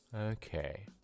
Okay